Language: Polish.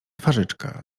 twarzyczka